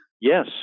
Yes